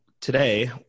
today